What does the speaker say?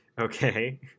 Okay